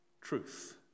truth